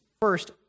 First